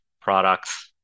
products